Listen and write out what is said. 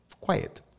quiet